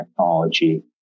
technology